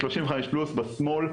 35 פלוס בשמאל,